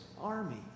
army